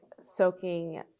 soaking